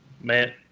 Man